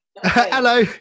Hello